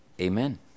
Amen